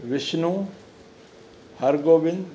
Vishnu Hargovind